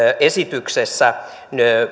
esityksessä